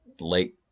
Lake